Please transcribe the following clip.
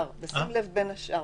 "בשים לב, בין השאר".